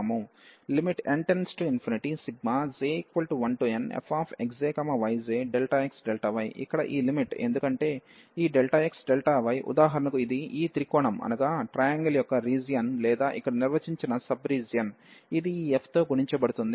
n→∞j1nfxjyjΔxy ఇక్కడ ఈ లిమిట్ ఎందుకంటే ఈ xy ఉదాహరణకు ఇది ఈ త్రికోణం యొక్క రీజియన్ లేదా ఇక్కడ నిర్వచించిన సబ్ రీజియన్ ఇది ఈ f తో గుణించబడుతుంది